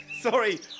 Sorry